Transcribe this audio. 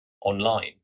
online